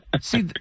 See